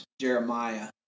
Jeremiah